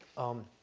um,